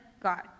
God